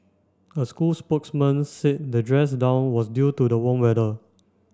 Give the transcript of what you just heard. a school spokesman said the dress down was due to the warm weather